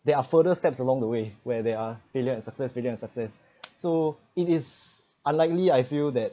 there are further steps along the way where they are failure and success failure and success so it is unlikely I feel that